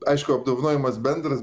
aišku apdovanojimas bendras